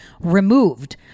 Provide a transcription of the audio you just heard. removed